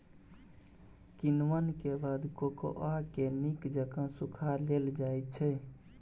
किण्वन के बाद कोकोआ के नीक जकां सुखा लेल जाइ छइ